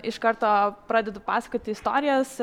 iš karto pradedu pasakoti istorijas